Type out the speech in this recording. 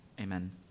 Amen